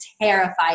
terrified